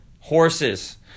horses